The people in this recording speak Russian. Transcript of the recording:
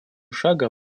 шага